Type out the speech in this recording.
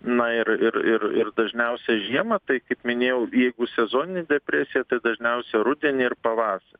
na ir ir ir ir dažniausiai žiemą tai kaip minėjau jeigu sezoninė depresija tai dažniausiai rudenį ir pavasarį